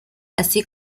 así